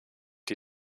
die